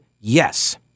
yes